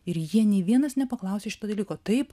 ir jie nė vienas nepaklausė šito dalyko taip